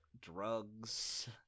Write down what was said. Drugs